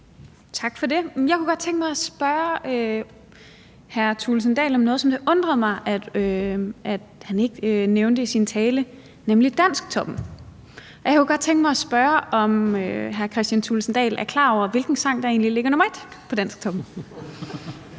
Tak for det. Jeg kunne godt tænke mig at spørge hr. Kristian Thulesen Dahl om noget, som det undrede mig at han ikke nævnte i sin tale, nemlig »Dansktoppen«. Jeg kunne godt tænke mig at spørge, om hr. Kristian Thulesen Dahl egentlig er klar over, hvilken sang der ligger nr. 1 på »Dansktoppen«.